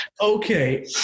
Okay